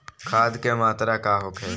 खाध के मात्रा का होखे?